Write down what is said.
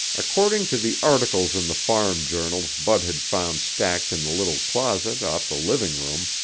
according to the articles in the farm journals bud had found stacked in the little closet off the living room,